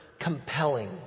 compelling